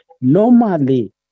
Normally